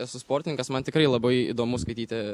esu sportininkas man tikrai labai įdomu skaityti